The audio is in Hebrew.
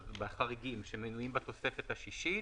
בחריגים שמנויים בתוספת השישית,